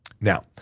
Now